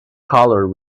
colour